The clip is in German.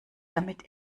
damit